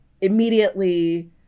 immediately